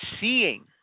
seeing